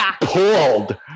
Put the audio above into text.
pulled